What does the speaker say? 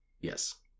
Yes